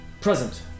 present